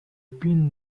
pin